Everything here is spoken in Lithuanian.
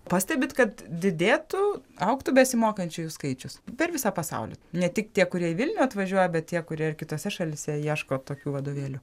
pastebit kad didėtų augtų besimokančiųjų skaičius per visą pasaulį ne tik tie kurie į vilnių atvažiuoja bet tie kurie ir kitose šalyse ieško tokių vadovėlių